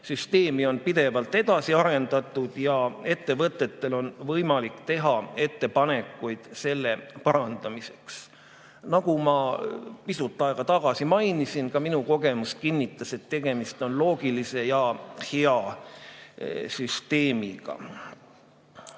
Süsteemi on pidevalt edasi arendatud ja ettevõtetel on võimalik teha ettepanekuid selle parandamiseks. Nagu ma pisut aega tagasi mainisin, ka minu kogemus kinnitab, et tegemist on loogilise ja hea süsteemiga.